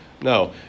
No